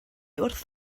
wrth